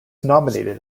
nominated